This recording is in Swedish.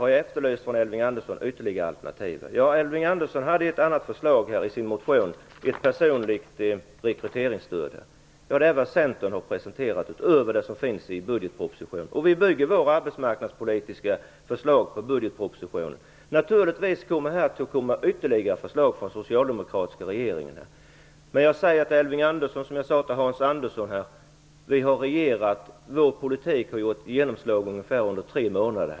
Jag har efterlyst ytterligare alternativ från Elving Andersson. Han hade ett förslag i sin motion, om ett personligt rekryteringsstöd. Det är vad Centern har presenterat, utöver det som finns i budgetpropositionen. Vi bygger våra arbetsmarknadspolitiska förslag på budgetpropositionen. Det kommer naturligtvis ytterligare förslag från den socialdemokratiska regeringen. Jag säger till Elving Andersson som jag sade till Hans Andersson: Vår politik har haft genomslag i ungefär tre månader.